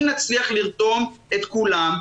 אם נצליח לרתום את כולם,